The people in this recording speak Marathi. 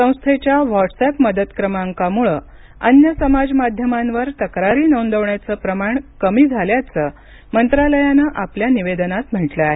संस्थेच्या व्हॉटसअॅप मदत क्रमांकामुळे अन्य समाज माध्यमांवर तक्रारी नोंदवण्याचं प्रमाण कमी झाल्याचं मंत्रालयानं आपल्या निवेदनात म्हटलं आहे